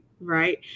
right